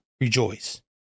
rejoice